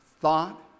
thought